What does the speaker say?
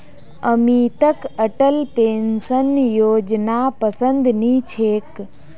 अमितक अटल पेंशन योजनापसंद नी छेक